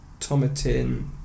Tomatin